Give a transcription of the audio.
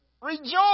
rejoice